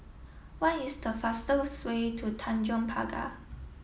what is the fastest way to Tanjong Pagar